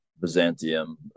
Byzantium